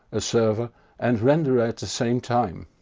a server and renderer at the same time.